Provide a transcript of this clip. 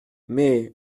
mais